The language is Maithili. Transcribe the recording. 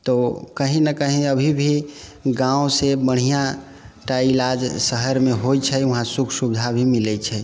तो कहीं न कहीं अभी भी गामसँ बढ़िआँ तऽ इलाज शहरमे होइत छै वहाँ सुख सुविधा भी मिलै छै